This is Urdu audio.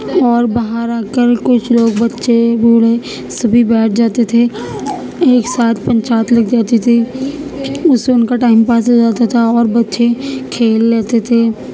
اور باہر آ کر کچھ لوگ بچے بوڑھے سبھی بیٹھ جاتے تھے ایک ساتھ پنچایت لگ جاتی تھی اس سے ان کا ٹائم پاس ہو جاتا تھا اور بچے کھیل لیتے تھے